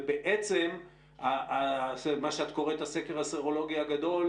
ובעצם מה שאת קוראת הסקר הסרולוגי הגדול,